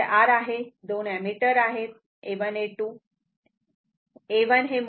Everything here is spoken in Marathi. तिथे R आहे 2 ऍमीटर A1 व A2 आहेत